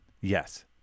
Yes